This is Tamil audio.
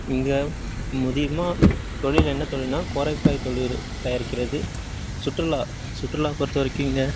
இங்கே முதியுமா தொழில் என்ன தொழில்னா கோரைப்பாய் தொழிரு தயாரிக்கிறது சுற்றுலா சுற்றுலா பொறுத்த வரைக்கும் இங்கே